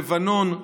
לבנון,